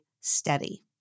steady